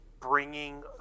Bringing